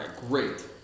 great